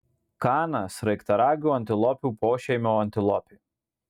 kana sraigtaragių antilopių pošeimio antilopė